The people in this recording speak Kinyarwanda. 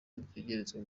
dutegerezwa